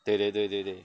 对对对对对